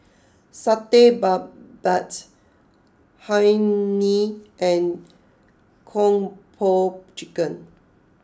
Satay Babat Hae Mee and Kung Po Chicken